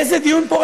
איזה דיון פורה,